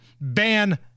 ban